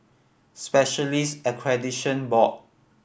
Specialist Accreditation Board